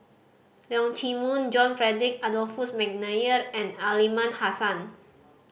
Leong Chee Mun John Frederick Adolphus McNair and Aliman Hassan